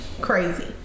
Crazy